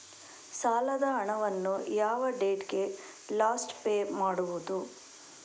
ಸಾಲದ ಹಣವನ್ನು ಯಾವ ಡೇಟಿಗೆ ಲಾಸ್ಟ್ ಪೇ ಮಾಡುವುದು?